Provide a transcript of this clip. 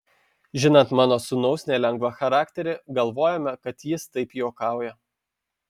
žinant mano sūnaus nelengvą charakterį galvojome kad jis taip juokauja